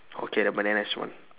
okay never mind then that's one